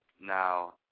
Now